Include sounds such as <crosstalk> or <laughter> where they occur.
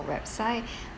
website <breath>